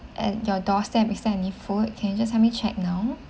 at your doorstep is there any food can you just help me check now